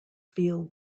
feel